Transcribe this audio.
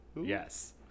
Yes